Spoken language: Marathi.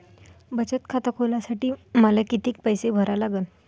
बचत खात खोलासाठी मले किती पैसे भरा लागन?